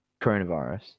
coronavirus